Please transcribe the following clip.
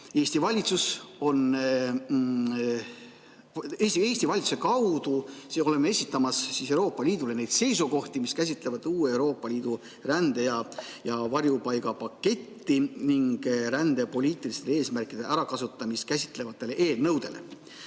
hakkab. Ehk Eesti valitsuse kaudu oleme esitamas Euroopa Liidule neid seisukohti, mis käsitlevad uut Euroopa Liidu rände‑ ja varjupaigapaketti ning rände poliitilistel eesmärkidel ärakasutamist käsitlevaid eelnõusid.